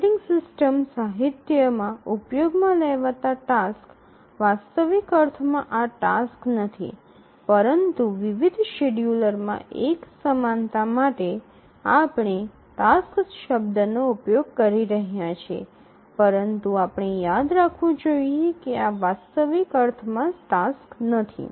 operating system સાહિત્યમાં ઉપયોગમાં લેવામાં આવતા ટાસ્ક વાસ્તવિક અર્થમાં આ ટાસક્સ નથી પરંતુ વિવિધ શેડ્યુલરમાં એક્સમાનતા માટે આપણે ટાસ્ક શબ્દનો ઉપયોગ કરી રહ્યા છીએ પરંતુ આપણે યાદ રાખવું જોઈએ કે આ વાસ્તવિક અર્થમાં ટાસક્સ નથી